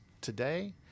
today